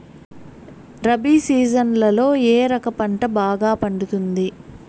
రబి సీజన్లలో ఏ రకం పంట బాగా పండుతుంది